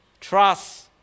trust